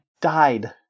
died